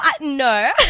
No